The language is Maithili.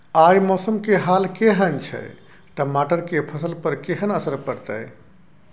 आय मौसम के हाल केहन छै टमाटर के फसल पर केहन असर परतै?